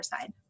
side